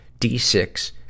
D6